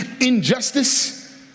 injustice